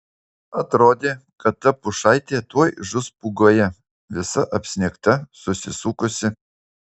atrodė kad ta pušaitė tuoj žus pūgoje visa apsnigta susisukusi